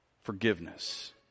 Forgiveness